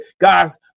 Guys